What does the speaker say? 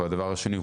והדבר השני,